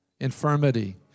infirmity